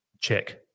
check